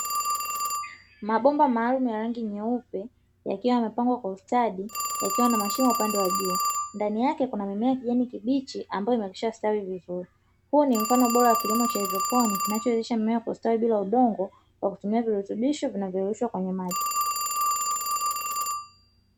Mabomba maalumu ya rangi nyeupe yakiwa yamepangwa kwa ustadi yakiwa na mashimo upande wa juu. Ndani yake kuna mimea ya kijani kibichi ambayo ishastawi vizuri. Huo ni mfano bora kwa kilimo cha ydroklonic kinachowezesha mmea kustawi bila udongo kwa kutumia virutubisho vinavyorushwa kwenye maji.